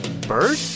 Bird